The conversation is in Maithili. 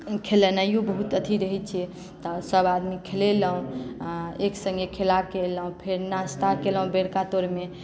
खेलैनैओ बहुत अथी रहैत छै सभआदमी खेलेलहुँ एक सङ्गे खेला कऽ एलहुँ फेर नाश्ता केलहुँ बेरका पहरमे